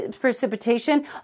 precipitation